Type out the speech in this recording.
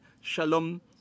Shalom